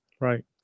Right